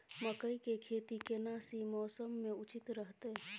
मकई के खेती केना सी मौसम मे उचित रहतय?